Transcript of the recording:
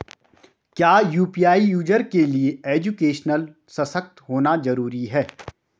क्या UPI user के लिए एजुकेशनल सशक्त होना जरूरी है?